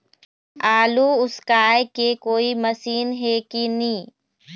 आलू उसकाय के कोई मशीन हे कि नी?